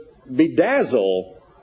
bedazzle